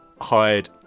hired